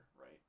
right